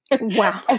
wow